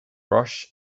roche